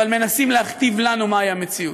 אבל מנסים להכתיב לנו מה היא המציאות.